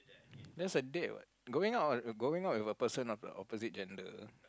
that's a date what going out wi~ going out with a person of the opposite gender